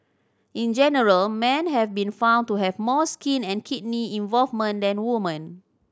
in general man have been found to have more skin and kidney involvement than woman